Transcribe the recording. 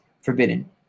forbidden